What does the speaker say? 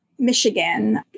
Michigan